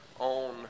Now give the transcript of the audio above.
own